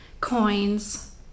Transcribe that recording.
coins